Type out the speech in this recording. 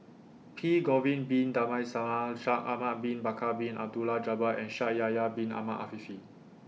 P Shaikh Ahmad Bin Bakar Bin Abdullah Jabbar and Shaikh Yahya Bin Ahmed Afifi